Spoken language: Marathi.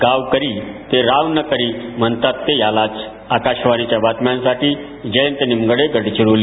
गाव करी ते राव न करी म्हणतात ते यालाच आकाशवाणी बातम्यांसाठी जयंत निमगडे गडचिरोली